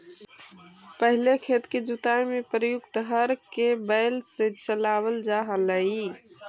पहिले खेत के जुताई में प्रयुक्त हर के बैल से चलावल जा हलइ